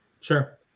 Sure